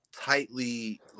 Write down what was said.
tightly